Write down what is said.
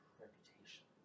reputation